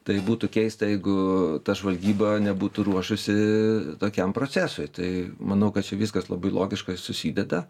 tai būtų keista jeigu ta žvalgyba nebūtų ruošusi tokiam procesui tai manau kad čia viskas labai logiškai susideda